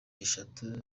eshatu